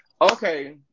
okay